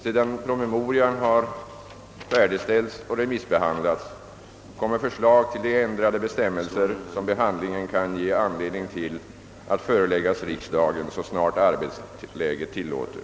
Sedan promemorian har färdigställts och remissbehandlats, kommer förslag till de ändrade bestämmelser som behandlingen kan ge anledning till att föreläggas riksdagen så snart som arbetsläget tillåter.